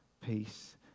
peace